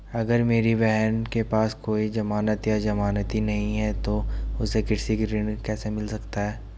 अगर मेरी बहन के पास कोई जमानत या जमानती नहीं है तो उसे कृषि ऋण कैसे मिल सकता है?